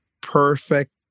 perfect